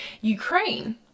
ukraine